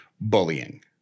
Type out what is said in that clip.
bullying